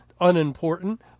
unimportant